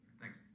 Thanks